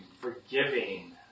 forgiving